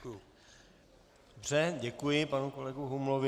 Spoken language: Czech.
Dobře, děkuji panu kolegu Humlovi.